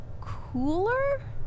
cooler